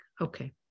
Okay